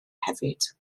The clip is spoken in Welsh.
hefyd